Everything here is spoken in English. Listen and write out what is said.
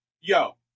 yo